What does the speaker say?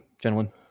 gentlemen